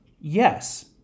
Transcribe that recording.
Yes